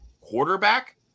quarterback